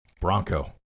Bronco